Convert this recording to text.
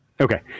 Okay